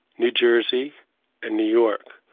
new jersey and new york.